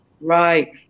Right